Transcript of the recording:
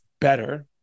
better